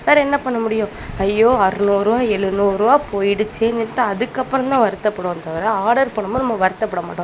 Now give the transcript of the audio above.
வேற என்ன பண்ண முடியும் ஐயோ அறநூறுபா எழுநூறுவா போயிடுச்சேன்னுட்டு அதுக்கப்புறம் தான் வருத்தப்படுவோம் தவிர ஆடர் பண்ணும் போது நம்ம வருத்தப்பட மாட்டோம்